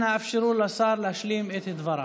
אנא אפשרו לשר להשלים את דבריו.